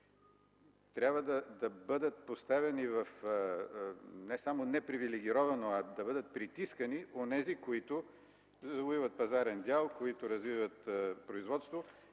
Трябва да бъдат поставени не само в непривилегировано, а да бъдат притискани онези, които завоюват пазарен дял, които развита производство,